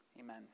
amen